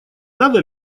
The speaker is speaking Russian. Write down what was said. надо